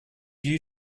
you